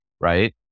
right